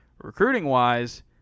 recruiting-wise